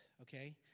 okay